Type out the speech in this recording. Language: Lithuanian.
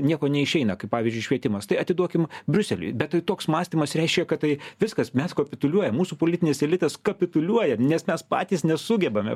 nieko neišeina kaip pavyzdžiui švietimas tai atiduokim briuseliui bet tai toks mąstymas reiškia kad tai viskas mes kapituliuojam mūsų politinis elitas kapituliuoja nes mes patys nesugebame